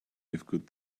good